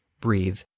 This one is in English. breathe